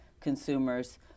consumers